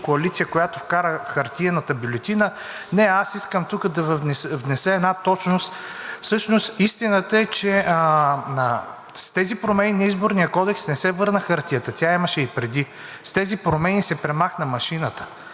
коалиция, която вкара хартиената бюлетина. Аз искам тук да внеса една точност – истината е, че с тези промени на Изборния кодекс не се върна хартията, тя я имаше преди. С тези промени се премахна машината